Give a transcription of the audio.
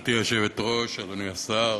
גברתי היושבת-ראש, אדוני השר,